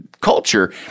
culture